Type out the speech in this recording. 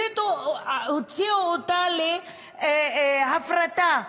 הוציאו אותה להפרטה.